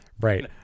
right